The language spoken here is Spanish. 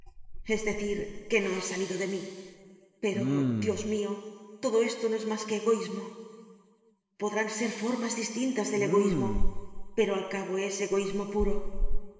es decir que no he salido de mí pero dios mio todo esto no es mas que egoismo podrán ser formas distintas del egoismo pero al cabo es egoismo puro